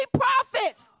prophets